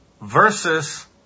versus